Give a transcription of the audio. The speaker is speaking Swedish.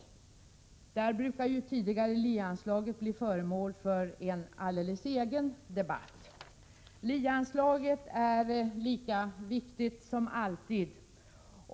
Tidigare brukade LIE-anslaget bli föremål för en alldeles egen debatt. LIE-anslaget är lika viktigt som alltid.